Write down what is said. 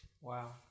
Wow